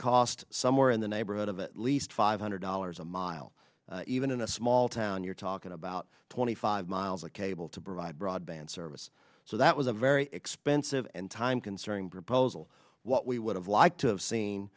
cost somewhere in the neighborhood of at least five hundred dollars a mile even in a small town you're talking about twenty five miles of cable to provide broadband service so that was a very expensive and time concerning proposal what we would have liked to